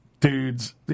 Dudes